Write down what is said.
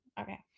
okay